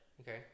Okay